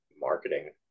marketing